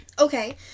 Okay